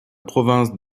province